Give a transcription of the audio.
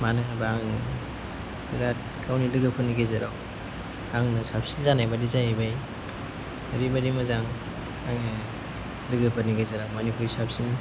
मानो होनोबा आङो बिराद गावनि लोगोफोरनि गेजेराव आंनो साबसिन जानायबादि जाहैबाय ओरैबायदि मोजां आङो लोगोफोरनि गेजेराव बयनिख्रुइ साबसिन